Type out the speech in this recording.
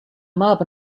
mab